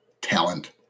talent